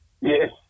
Yes